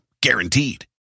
Guaranteed